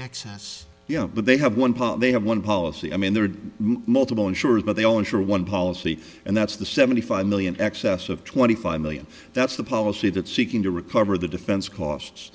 access but they have one part they have one policy i mean there are multiple insurers but they own for one policy and that's the seventy five million excess of twenty five million that's the policy that seeking to recover the defense costs